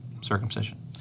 circumcision